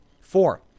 Four